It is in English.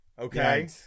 Okay